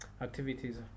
activities